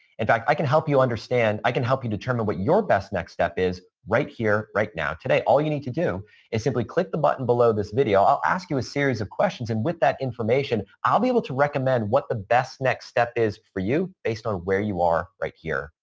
in fact, i can help you understand, i can help you determine what your best next step is right here right now today. all you need to do is simply click the button below this video. i'll ask you a series of questions. and with that information, i'll be able to recommend what the best next step is for you, based on where you are right here,